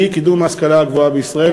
שהיא קידום ההשכלה הגבוהה בישראל.